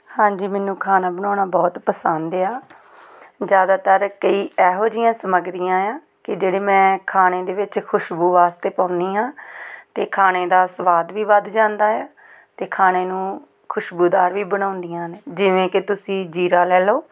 ਹਾਂਜੀ ਮੈਨੂੰ ਖਾਣਾ ਬਣਾਉਣਾ ਬਹੁਤ ਪਸੰਦ ਆ ਜ਼ਿਆਦਾਤਰ ਕਈ ਇਹੋ ਜਿਹੀਆਂ ਸਮੱਗਰੀਆਂ ਆ ਕਿ ਜਿਹੜੇ ਮੈਂ ਖਾਣੇ ਦੇ ਵਿੱਚ ਖੁਸ਼ਬੂ ਵਾਸਤੇ ਪਾਉਂਦੀ ਹਾਂ ਅਤੇ ਖਾਣੇ ਦਾ ਸਵਾਦ ਵੀ ਵੱਧ ਜਾਂਦਾ ਹੈ ਅਤੇ ਖਾਣੇ ਨੂੰ ਖੁਸ਼ਬੂਦਾਰ ਵੀ ਬਣਾਉਂਦੀਆਂ ਨੇ ਜਿਵੇਂ ਕਿ ਤੁਸੀਂ ਜੀਰਾ ਲੈ ਲਉ